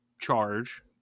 charge